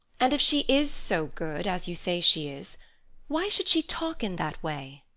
and if she is so good as you say she is why should she talk in that way?